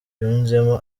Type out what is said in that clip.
yunzemo